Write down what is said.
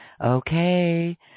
okay